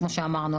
כמו שאמרנו.